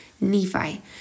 Nephi